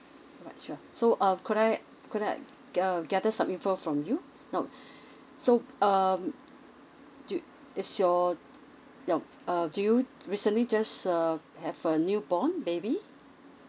ya sure so uh could I could I uh gather some info from you now so um do is your now err do you recently just uh have a newborn baby